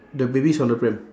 the baby is on the pram